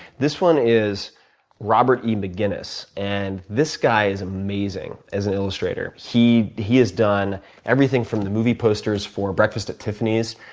this one is robert e. mcginnis, and this guy is amazing as an illustrator. he he has done everything from the movie posters for breakfast at tiffany's,